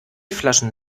flaschen